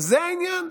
זה העניין?